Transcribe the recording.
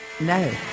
no